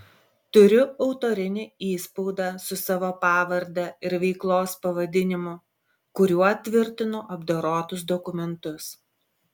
turiu autorinį įspaudą su savo pavarde ir veiklos pavadinimu kuriuo tvirtinu apdorotus dokumentus